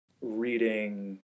reading